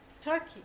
Turkey